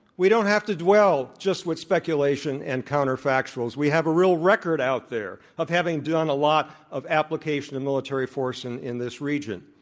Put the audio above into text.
we don't have to dwell just with speculation and counterfactuals. we have a real record out there of having done a lot of application of military force in in this region.